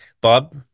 Bob